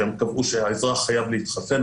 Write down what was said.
שהן קבעו שאזרח חייב להתחסן.